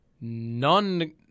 None